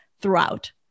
throughout